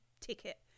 ticket